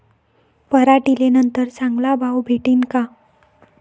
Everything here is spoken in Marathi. पराटीले नंतर चांगला भाव भेटीन का?